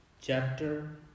Chapter